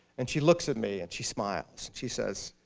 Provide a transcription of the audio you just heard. and she looks at me, and she smiles. she says,